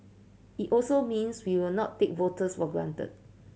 it also means we will not take voters for granted